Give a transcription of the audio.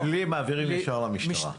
פלילי מעבירים ישר למשטרה.